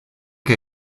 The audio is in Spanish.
que